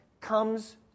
comes